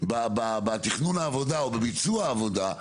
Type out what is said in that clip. בתכנון העבודה או בביצוע העבודה?